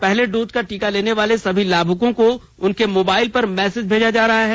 पहले डोज का टीका लेने वाले सभी लाभुकों को उनके मोबाइल पर मैसेज भेजा जा रहा है